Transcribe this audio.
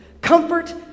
Comfort